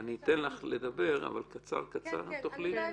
אני אתן לך לדבר אבל קצר קצר אם תוכלי.